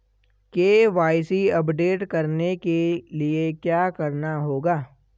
KYC update करने के लिए क्या करना होगा?